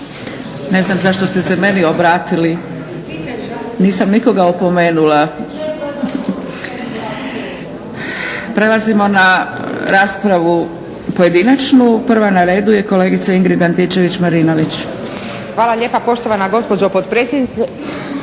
Ne znam zašto ste se meni obratili. Nisam nikoga opomenula. Prelazimo na raspravu pojedinačnu. Prva na redu je kolegica Ingrid Antičević-Marinović. **Antičević Marinović, Ingrid